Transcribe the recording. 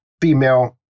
female